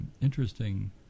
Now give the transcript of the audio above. interesting